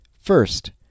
First